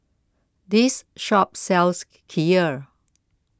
this shop sells Kheer